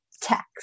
text